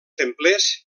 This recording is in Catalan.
templers